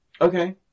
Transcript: Okay